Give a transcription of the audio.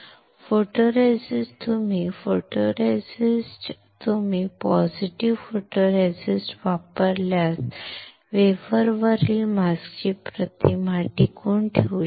photoresist तुम्ही positive photoresist वापरल्यास वेफरवरील मास्कची प्रतिमा टिकवून ठेवू शकता